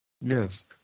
Yes